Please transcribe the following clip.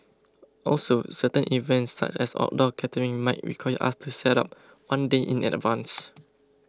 also certain events such as outdoor catering might require us to set up one day in advance